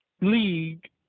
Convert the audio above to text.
league